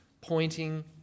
pointing